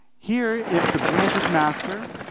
here, if the branch is master,